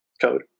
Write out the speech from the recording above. code